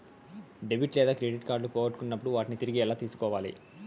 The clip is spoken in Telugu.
డెబిట్ లేదా క్రెడిట్ కార్డులు పోగొట్టుకున్నప్పుడు వాటిని తిరిగి ఎలా తీసుకోవాలి